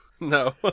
No